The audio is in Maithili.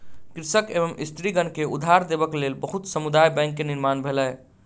कृषक एवं स्त्रीगण के उधार देबक लेल बहुत समुदाय बैंक के निर्माण भेलै